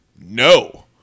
no